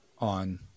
on